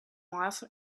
miles